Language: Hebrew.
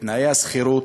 ותנאי השכירות.